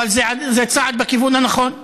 אבל זה צעד בכיוון הנכון.